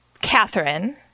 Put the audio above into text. Catherine